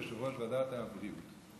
יושב-ראש ועדת הבריאות.